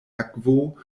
akvo